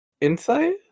Insight